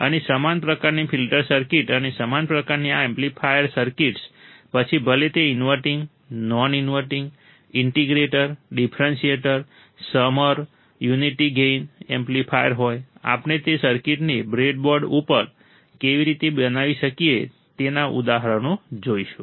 અને સમાન પ્રકારની ફિલ્ટર સર્કિટ અને સમાન પ્રકારની આ એમ્પ્લીફાયર સર્કિટ્સ પછી ભલે તે inverting non inverting integrator differentiator summer unity gain amplifier હોય આપણે તે સર્કિટોને બ્રેડબોર્ડ ઉપર કેવી રીતે બનાવી શકીએ તેના ઉદાહરણો જોઈશું